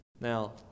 Now